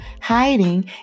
hiding